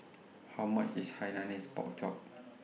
How much IS Hainanese Pork Chop